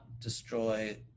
destroy